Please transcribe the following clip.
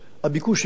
אתה אומר לו: חביבי,